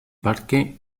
parque